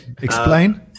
explain